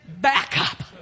backup